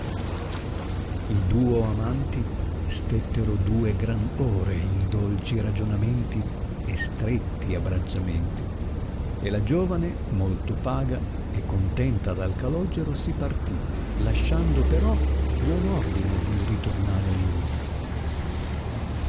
i duo amanti stettero due grand ore in dolci ragionamenti e stretti abbracciamenti e la giovane molto paga e contenta dal calogero si partì lasciando però buon ordine di ritornare a lui